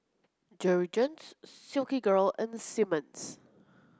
Jergens Silkygirl and Simmons